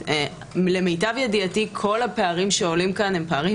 למיטב ידיעתי כל הפערים שעולים כאן הם פערים